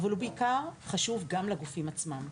אבל הוא בעיקר חשוב גם לגופים עצמם.